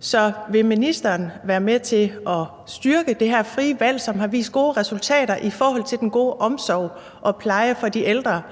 Så vil ministeren være med til at styrke det her frie valg, som har vist gode resultater i forhold til den gode omsorg og pleje af de ældre,